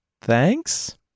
Thanks